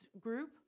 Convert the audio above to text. group